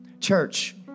Church